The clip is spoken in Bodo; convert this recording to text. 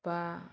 बा